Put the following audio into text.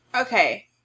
Okay